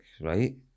right